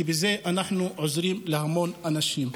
כי בזה אנחנו עוזרים להמון אנשים.